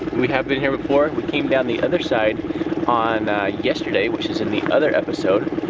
we have been here before. we came down the other side on yesterday, which is in the other episode.